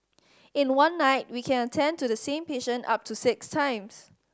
in one night we can attend to the same patient up to six times